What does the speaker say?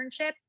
internships